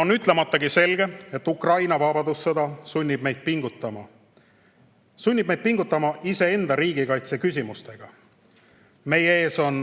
On ütlematagi selge, et Ukraina vabadussõda sunnib meid pingutama. See sunnib meid pingutama iseenda riigikaitseküsimustega. Meie ees on